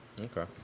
okay